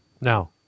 now